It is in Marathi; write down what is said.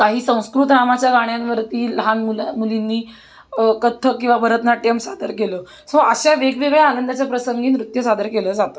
काही संस्कृत रामाच्या गाण्यांवरती लहान मुला मुलींनी कथ्थक किंवा भरतनाट्यम सादर केलं सो अशा वेगवेगळ्या आनंदाच्या प्रसंगी नृत्य सादर केलं जातं